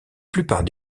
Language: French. plupart